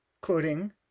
quoting